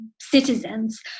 Citizens